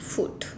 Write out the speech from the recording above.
food